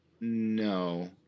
no